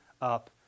up